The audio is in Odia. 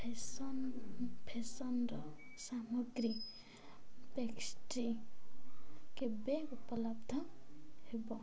ଫ୍ରେଶନ ଫ୍ରେଶନର୍ ସାମଗ୍ରୀ ପେଷ୍ଟ୍ରି କେବେ ଉପଲବ୍ଧ ହେବ